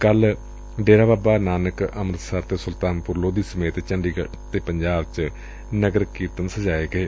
ਕੱਲੂ ਡੇਰਾ ਬਾਬਾ ਨਾਨਕ ਅੰਮਿਤਸਰ ਅਤੇ ਸੁਲਤਾਨਪੁਰ ਲੋਧੀ ਸਮੇਤ ਪੰਜਾਬ ਤੇ ਚੰਡੀਗੜ ਚ ਨਗਰ ਕੀਰਤਨ ਸਜਾਏ ਗਏ